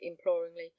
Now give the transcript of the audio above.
imploringly